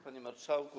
Panie Marszałku!